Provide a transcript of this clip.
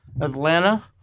Atlanta